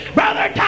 brother